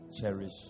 Cherish